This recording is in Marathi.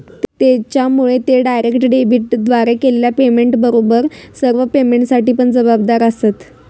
त्येच्यामुळे ते डायरेक्ट डेबिटद्वारे केलेल्या पेमेंटबरोबर सर्व पेमेंटसाठी पण जबाबदार आसंत